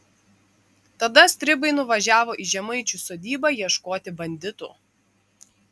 tada stribai nuvažiavo į žemaičių sodybą ieškoti banditų